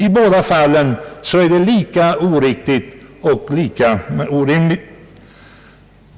I båda fallen är det lika orimligt.